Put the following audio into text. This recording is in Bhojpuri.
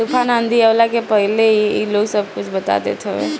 तूफ़ान आंधी आवला के पहिले ही इ लोग सब कुछ बता देत हवे